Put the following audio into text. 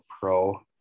pro